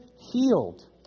healed